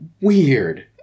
weird